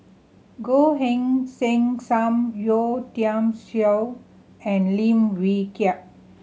Goh Heng Sin Sam Yeo Tiam Siew and Lim Wee Kiak